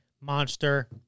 monster